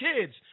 kids